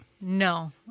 No